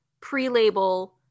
pre-label